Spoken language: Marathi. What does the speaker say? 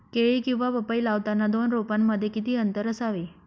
केळी किंवा पपई लावताना दोन रोपांमध्ये किती अंतर असावे?